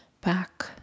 back